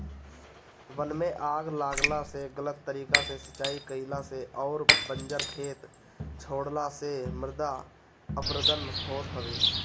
वन में आग लागला से, गलत तरीका से सिंचाई कईला से अउरी बंजर खेत छोड़ला से मृदा अपरदन होत हवे